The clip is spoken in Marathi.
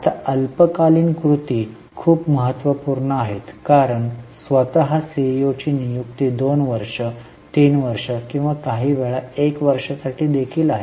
आता अल्पकालीन कृती खूप महत्त्वपूर्ण आहेत कारण स्वतः सीईओची नियुक्ती 2 वर्ष 3 वर्षे किंवा काहीवेळा 1 वर्षा साठी देखील आहे